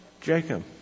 Jacob